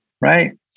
right